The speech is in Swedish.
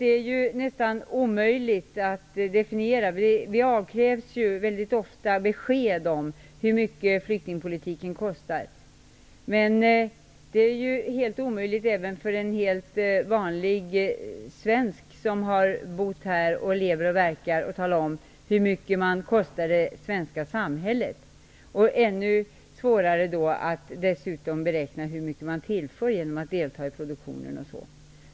Det är nästan omöjligt att definiera. Vi avkrävs väldigt ofta besked om hur mycket flyktingpolitiken kostar. Det är helt omöjligt att räkna ut hur mycket en helt vanlig svensk som har bott här, lever och verkar, har kostat det svenska samhället. Ännu svårare är det att beräkna hur mycket man tillför genom att delta i produktionen, osv.